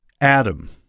Adam